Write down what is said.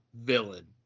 villain